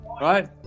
right